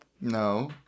No